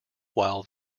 while